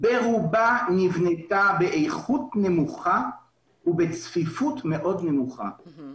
ברובה נבנתה באיכות נמוכה ובצפיפות מאוד נמוכה.